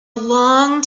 long